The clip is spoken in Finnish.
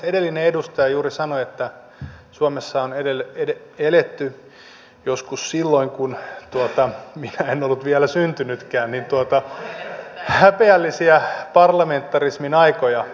edellinen edustaja juuri sanoi että suomessa on eletty joskus silloin kun minä en ollut vielä syntynytkään häpeällisiä parlamentarismin aikoja